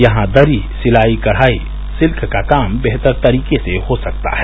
यहां दरी सिलाई कढ़ाई सिल्क का काम बेहतर तरीके से हो सकता है